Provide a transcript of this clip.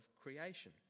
creation